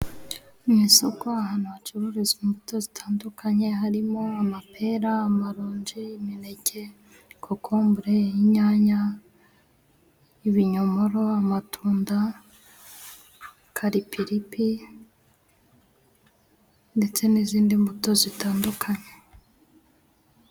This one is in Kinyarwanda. Mu isoko ahantu hacururizwa imbuto zitandukanye harimo: amapera, amaronji, imineke, kokombure, inyanya, ibinyomoro, amatunda, karipilipi ndetse n'izindi mbuto zitandukanye.